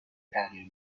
تغییر